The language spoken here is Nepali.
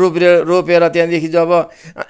रोपेर रोपेर त्यहाँदेखि जब